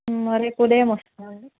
రేపు ఉదయం వస్తామండి